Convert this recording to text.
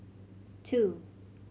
two